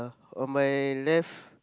on my left